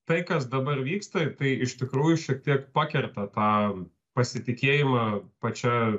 tai kas dabar vyksta tai iš tikrųjų šiek tiek pakerta tą pasitikėjimą pačia